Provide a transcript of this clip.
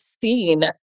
seen